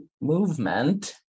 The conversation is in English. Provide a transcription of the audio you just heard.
movement